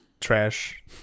trash